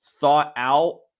thought-out